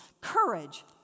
Courage